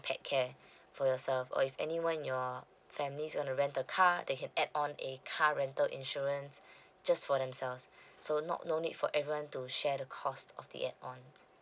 pet car for yourself or if anyone in your families want to rent the car they can add on a car rental insurance just for themselves so not no need for everyone to share the cost of the add on